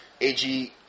ag